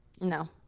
No